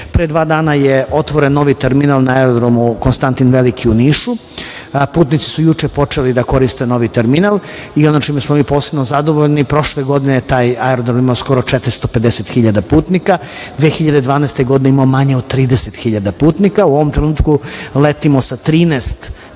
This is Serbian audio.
dva dana je otvoren novi terminal na aerodromu "Konstantin Veliki" u Nišu. Putnici su juče počeli da koriste novi terminal i ono sa čime smo mi posebno zadovoljni, prošle godine je taj aerodrom imao skoro 450 hiljada putnika, a 2012. godine je imao manje od 30 hiljada putnika. U ovom trenutku letimo sa 13